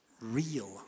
Real